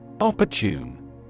Opportune